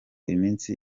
iminsi